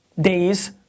days